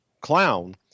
clown